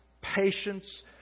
patience